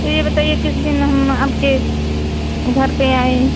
तो यह बताइए किस दिन हम आपके घर पर आऍं